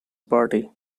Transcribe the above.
party